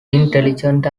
intelligent